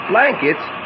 Blankets